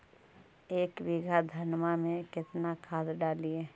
एक बीघा धन्मा में केतना खाद डालिए?